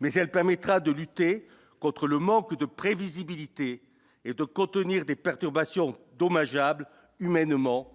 mais elle permettra de lutter contre le manque de prévisibilité et de contenir des perturbations dommageable humainement